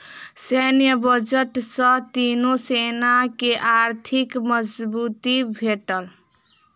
सैन्य बजट सॅ तीनो सेना के आर्थिक मजबूती भेटल